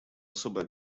особый